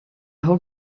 whole